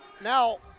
Now